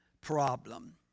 problem